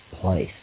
place